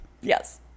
Yes